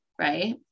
right